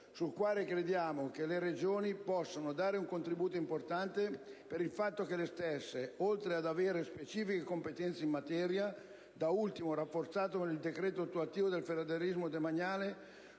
sul quale crediamo che le Regioni possano dare un contributo importante per il fatto che le stesse, oltre ad avere specifiche competenze in materia, da ultimo rafforzate con il decreto attuativo del federalismo demaniale,